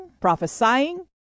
prophesying